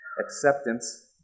acceptance